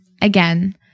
again